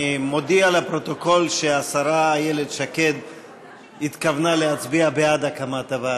אני מודיע לפרוטוקול שהשרה איילת שקד התכוונה להצביע בעד הקמת הוועדה.